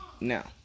Now